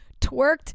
twerked